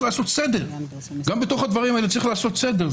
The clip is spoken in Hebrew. גם בתוך הדברים האלה צריך לעשות סדר.